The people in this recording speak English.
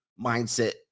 Mindset